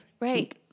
Right